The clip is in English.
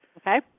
Okay